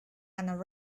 and